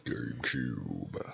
GameCube